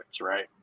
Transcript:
right